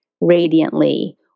radiantly